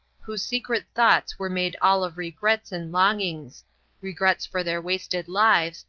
whose secret thoughts were made all of regrets and longings regrets for their wasted lives,